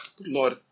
Lord